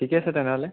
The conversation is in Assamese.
ঠিকে আছে তেনেহ'লে